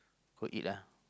go eat lah